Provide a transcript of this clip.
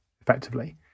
effectively